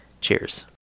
Cheers